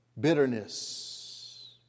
bitterness